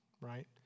right